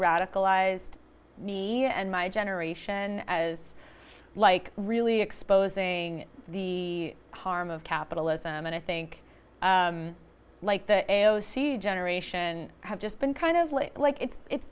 radicalized me and my generation as like really exposing the harm of capitalism and i think like that a o c d generation has just been kind of like it's it's